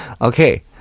Okay